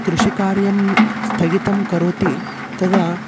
कृषिकार्यं स्थगितं करोति तदा